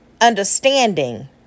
understanding